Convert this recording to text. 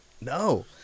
No